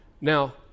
Now